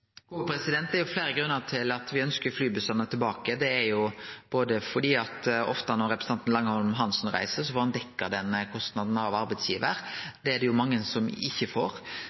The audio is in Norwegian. er fleire grunnar til at me ønskjer flybussane tilbake. Ofte når representanten Langholm Hansen reiser, får han dekt den kostnaden av arbeidsgivar. Det er det mange som ikkje får.